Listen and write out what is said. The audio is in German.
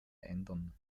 ändern